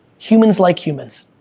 humans like humans.